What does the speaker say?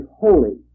holy